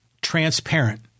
transparent